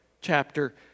chapter